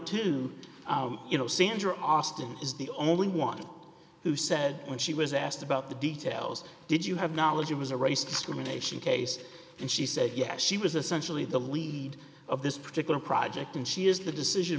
two you know sandra austin is the only one who said when she was asked about the details did you have knowledge it was a race discrimination case and she said yes she was essentially the lead of this particular project and she is the decision